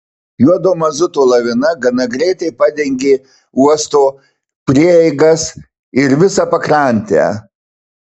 juodo mazuto lavina gana greitai padengė uosto prieigas ir visą pakrantę